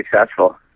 successful